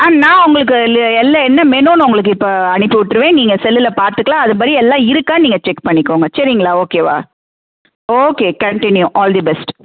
நான் உங்களுக்கு எல்லா என்ன மெனுன்னு உங்களுக்கு இப்போ அனுப்பி விட்டுருவேன் நீங்கள் செல்லில் பார்த்துக்கலாம் அதுபடி எல்லாம் இருக்கான்னு நீங்கள் செக் பண்ணிக்கோங்க சரிங்களா ஓகேவா okay continue all the best